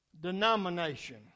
denomination